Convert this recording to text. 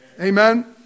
Amen